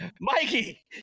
Mikey